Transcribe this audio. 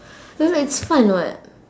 ya but it's fun [what]